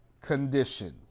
condition